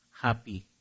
happy